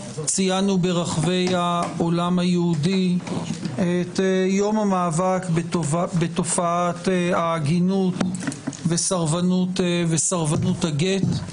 ציינו ברחבי העולם היהודי את יום המאבק בתופעת העגינות וסרבנות הגט,